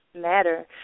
matter